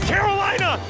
Carolina